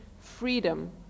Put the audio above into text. freedom